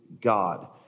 God